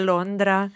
Londra